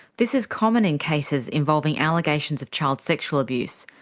this is common in cases involving allegations of child sexual abuse.